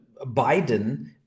Biden